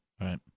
right